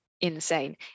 insane